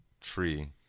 tree